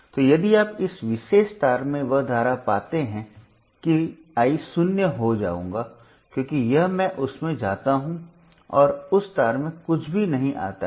और यदि आप इस विशेष तार में वह धारा पाते हैं कि मैं शून्य हो जाऊंगा क्योंकि यह मैं उसमें जाता हूं और उस तार में कुछ भी नहीं आता है